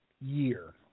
year